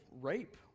rape